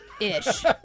ish